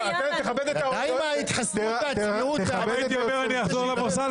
די עם ההתחסדות --- הייתי אומר: אני אחזור למוסד,